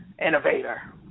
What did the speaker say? Innovator